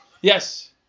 Yes